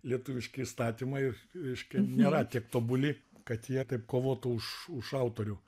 lietuviški įstatymai reiškia nėra tiek tobuli kad jie taip kovotų už už autorių